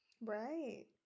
Right